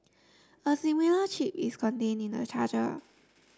a similar chip is contain in the charger